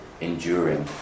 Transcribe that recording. enduring